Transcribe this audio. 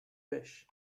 fish